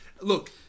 Look